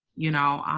you know,